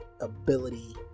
ability